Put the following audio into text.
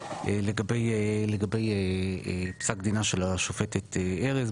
לגבי פסק דינה של השופטת ארז,